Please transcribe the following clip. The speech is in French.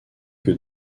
que